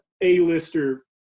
A-lister